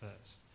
first